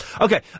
Okay